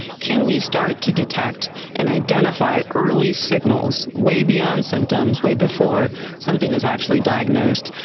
can we start to detect and identify early signals way beyond symptoms, way before something is actually diagnosed?